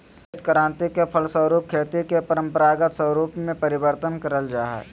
हरित क्रान्ति के फलस्वरूप खेती के परम्परागत स्वरूप में परिवर्तन करल जा हइ